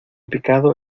pecado